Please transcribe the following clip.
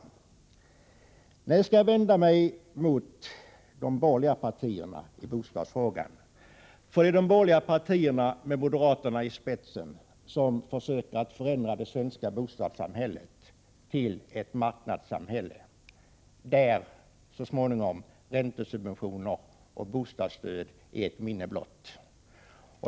Nu skall jag i bostadsfrågan vända mig mot de borgerliga partierna. Det är de borgerliga partierna med moderaterna i spetsen som försöker förändra det svenska bostadssamhället till ett marknadssamhälle där så småningom räntesubventioner och bostadsstöd är ett minne blott.